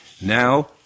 Now